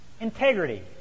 Integrity